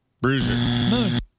Bruiser